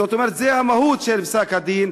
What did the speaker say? זאת אומרת, זאת המהות של פסק-הדין.